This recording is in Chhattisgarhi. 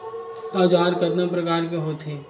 औजार कतना प्रकार के होथे?